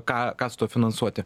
ką ką su tuo finansuoti